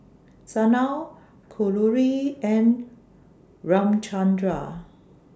Sanal Kalluri and Ramchundra